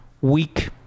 week